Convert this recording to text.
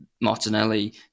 Martinelli